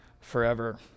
forever